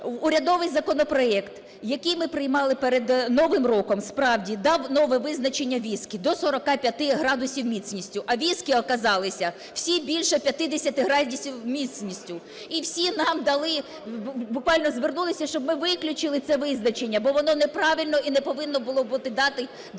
урядовий законопроект, який ми приймали перед Новим роком, справді, дав нове визначення віски - до 45 градусів міцністю, а віски оказалися всі більше 50 градусів міцністю. І всім нам дали, буквально звернулися, щоб ми виключили це визначення, бо воно неправильне і не повинно було бути дане, справді,